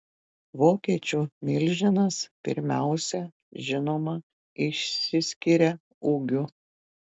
vokiečių milžinas pirmiausia žinoma išsiskiria ūgiu